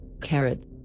Carrot